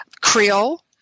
Creole